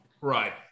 Right